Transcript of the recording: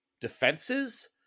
defenses